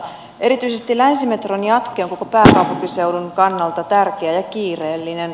erityisesti länsimetron jatke on koko pääkaupunkiseudun kannalta tärkeä ja kiireellinen